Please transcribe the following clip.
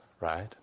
right